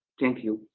thank you.